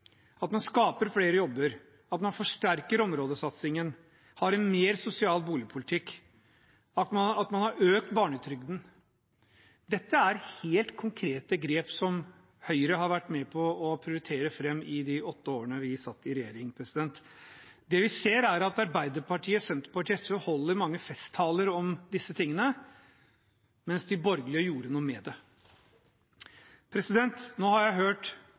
at man skaper flere jobber, at man forsterker områdesatsingen, at man har en mer sosial boligpolitikk, at man har økt barnetrygden. Dette er helt konkrete grep som Høyre har vært med på å prioritere fram i de åtte årene vi satt i regjering. Det vi ser, er at Arbeiderpartiet, Senterpartiet og SV holder mange festtaler om disse tingene, mens de borgerlige gjorde noe med det. Nå har jeg hørt